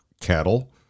cattle